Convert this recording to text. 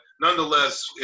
nonetheless